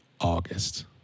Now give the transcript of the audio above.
August